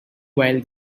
while